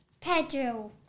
Pedro